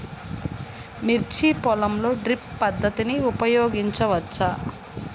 మిర్చి పొలంలో డ్రిప్ పద్ధతిని ఉపయోగించవచ్చా?